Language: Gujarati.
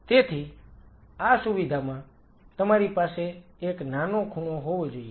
તેથી આ સુવિધામાં તમારી પાસે એક નાનો ખૂણો હોવો જોઈએ